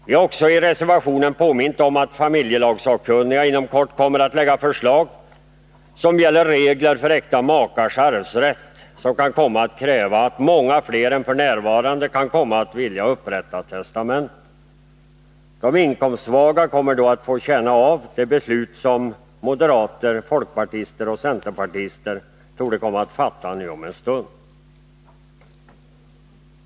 Vi har också i reservationen påmint om att familjelagssakkunniga inom kort kommer att lägga fram förslag som gäller regler för äkta makars arvsrätt, som kan komma att kräva att många fler än f. n. vill upprätta testamenten. De inkomstsvaga kommer då att få känna av det beslut som moderater, folkpartister och centerpartister torde komma att fatta nu om en stund.